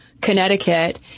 Connecticut